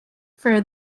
for